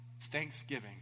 thanksgiving